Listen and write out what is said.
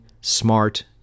smart